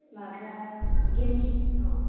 माबा गेमस्रिनिखौ